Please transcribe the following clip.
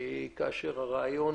כאשר אחד הרעיון